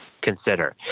consider